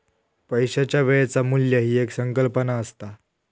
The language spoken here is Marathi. पैशाच्या वेळेचा मू्ल्य ही एक संकल्पना असता